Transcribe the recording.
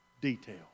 detail